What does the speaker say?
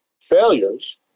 failures